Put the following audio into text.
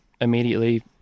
immediately